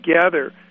together